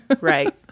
Right